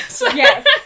Yes